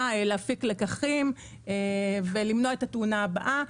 להפיק לקחים ולמנוע את התאונה הבאה.